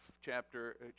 chapter